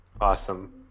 Awesome